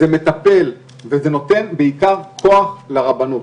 זה מטפל וזה נותן בעיקר כוח לרבנות,